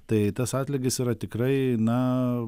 tai tas atlygis yra tikrai na